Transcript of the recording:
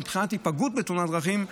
מבחינת היפגעות בתאונות דרכים,